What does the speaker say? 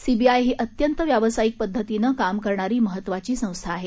CBI ही अत्यंत व्यावसायिक पद्धतीनं काम करणारी महत्वाची संस्था आहे